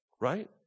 right